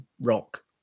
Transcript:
rock